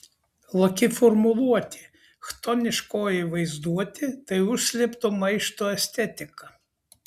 laki formuluotė chtoniškoji vaizduotė tai užslėpto maišto estetika